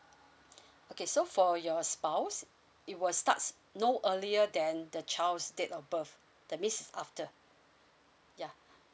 okay so for your spouse it will starts no earlier than the child's date of birth that means after ya